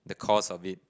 the cause of it